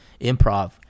improv